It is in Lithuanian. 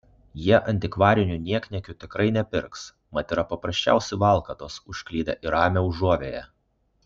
jie antikvarinių niekniekių tikrai nepirks mat yra paprasčiausi valkatos užklydę į ramią užuovėją